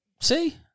See